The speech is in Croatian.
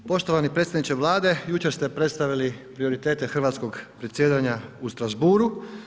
Poštovani predsjedniče Vlade jučer ste predstavili prioritete hrvatskog predsjedanja u Strasbourgu.